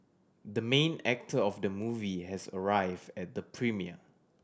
the main actor of the movie has arrived at the premiere